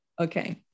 Okay